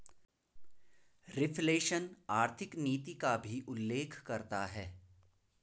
reflation आर्थिक नीति का भी उल्लेख करता है